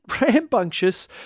rambunctious